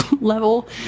level